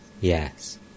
Yes